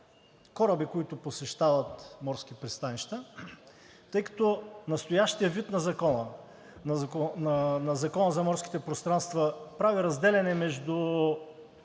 кораби, които посещават морски пристанища. Тъй като настоящия вид на Закона за морските пространства прави разделяне между